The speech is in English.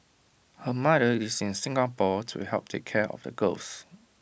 her mother is in Singapore to help take care of the girls